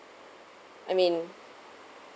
I mean